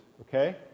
okay